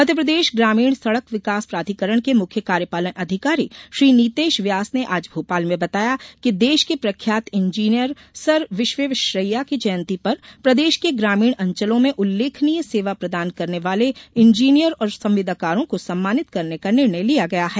मध्यप्रदेश ग्रामीण सड़क विकास प्राधिकरण के मुख्य कार्यपालन अधिकारी श्री नीतेश व्यास ने आज भोपाल में बताया कि देश के प्रख्यात इंजीनियर सर विश्वेश्वरैया की जयंती पर प्रदेश के ग्रामीण अंचलों में उल्लेखनीय सेवा प्रदान करने वाले इंजीनियर और संविदाकारों को सम्मानित करने का निर्णय लिया गया है